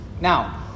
Now